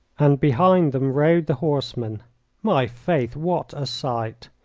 and behind them rode the horsemen my faith, what a sight!